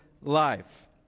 life